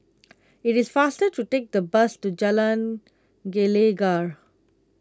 it is faster to take the bus to Jalan Gelegar